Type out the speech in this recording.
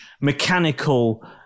mechanical